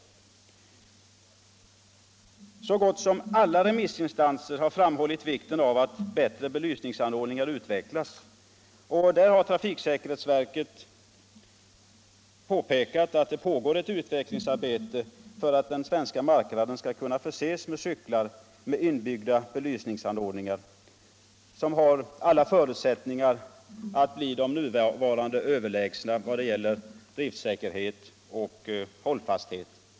Så gott som alla remissinstanser har framhållit vikten av att bättre belysningsanordningar utvecklas, och trafiksäkerhetsverket påpekat att det pågår ett utvecklingsarbete för att den svenska marknaden skall kunna förses med cyklar med inbyggda belysningsanordningar, vilka har alla förutsättningar att bli de nuvarande överlägsna vad gäller driftsäkerhet och hållfasthet.